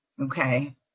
okay